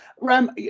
Ram